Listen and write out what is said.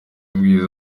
ubwiza